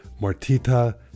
Martita